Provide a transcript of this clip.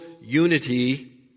unity